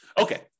Okay